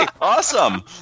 awesome